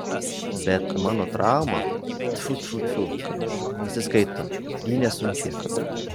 bet mano trauma tfu tfu tfu nesiskaito ji nesunki